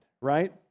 right